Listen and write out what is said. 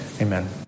Amen